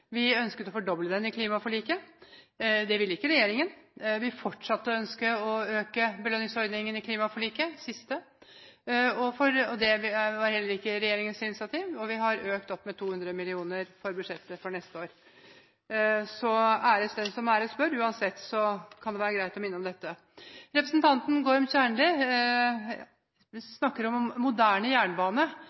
vi ønsket å fordoble den i klimaforliket. Det ville ikke regjeringen. Vi fortsatte å ønske å øke belønningsordningen i klimaforliket, det siste. Heller ikke det var regjeringens initiativ. Og vi har økt med 200 mill. kr i budsjettet for neste år. Så æres den som æres bør. Uansett kan det være greit å minne om dette. Representanten Gorm Kjernli snakker om moderne jernbane.